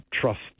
trust